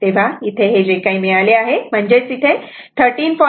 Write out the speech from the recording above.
तेव्हा इथे जे काही मिळाले आहे ते म्हणजेच 13